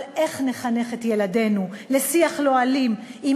אבל איך נחנך את ילדינו לשיח לא אלים אם